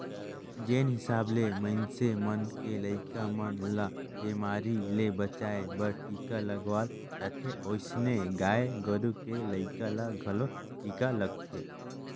जेन हिसाब ले मनइसे मन के लइका मन ल बेमारी ले बचाय बर टीका लगवाल जाथे ओइसने गाय गोरु के लइका ल घलो टीका लगथे